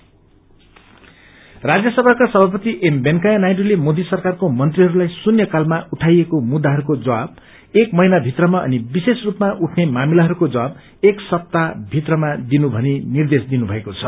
राज्यसभा राज्यसभाका सभापति एम वेंकैया नायडूले मोदी सरकार मन्त्रीहरूलाई शून्यकालमा उठाइएको मुद्दाहरूको जवाब एक महिना भित्रमा अनि विश्रेष रूपमा उठने मामिलाहरूको जवाब एक सप्ताह भित्रमा दिइने निर्देश दिएको छ